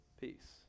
peace